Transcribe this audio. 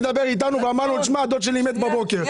לדבר איתנו ואמר לנו שדוד שלו מת בבוקר.